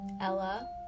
Ella